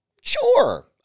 Sure